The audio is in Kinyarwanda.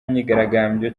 myigaragambyo